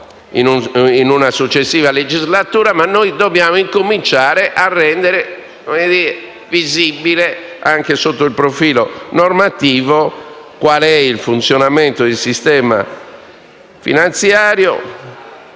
in una successiva legislatura. Noi, però, dobbiamo cominciare a rendere visibile, anche sotto il profilo normativo, qual è il funzionamento del sistema finanziario,